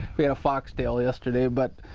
we had a foxtail yesterday but.